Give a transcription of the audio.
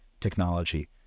technology